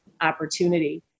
opportunity